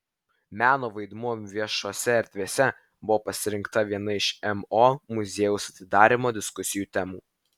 meno vaidmuo viešosiose erdvėse buvo pasirinkta viena iš mo muziejaus atidarymo diskusijų temų